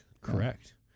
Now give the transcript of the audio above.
Correct